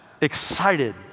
excited